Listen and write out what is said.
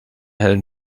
hellen